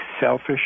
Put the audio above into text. selfish